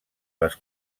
les